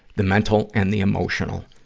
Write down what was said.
the mental and the emotional.